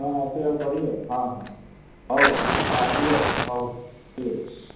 ହଁ ଆସିବାକୁ କରିବ ହଁ ହଁ ହଉ ଆସିବେ ଆଉ ହଉ ଠିକ୍ ଅଛି